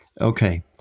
Okay